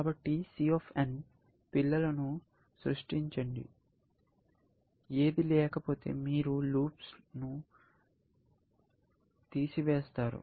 కాబట్టి C పిల్లలను సృష్టించండి ఏదీ లేకపోతే మీరు లూప్స్ ను తీసివేస్తారు